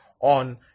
on